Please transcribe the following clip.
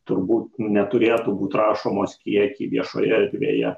turbūt nu neturėtų būt rašomos kiekiai viešoje erdvėje